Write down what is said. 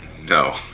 No